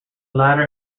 latter